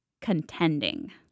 contending